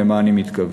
למה אני מתכוון.